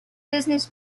business